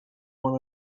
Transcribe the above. one